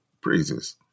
praises